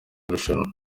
irushanwa